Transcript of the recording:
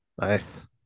Nice